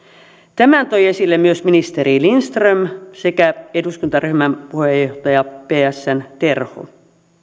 tämän toivat esille myös ministeri lindström sekä eduskuntaryhmän puheenjohtaja psn terho